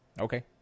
Okay